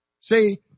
See